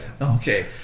Okay